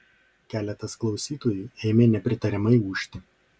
keletas klausytojų ėmė nepritariamai ūžti